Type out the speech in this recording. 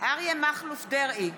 אריה מכלוף דרעי,